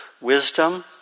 Wisdom